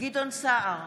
גדעון סער,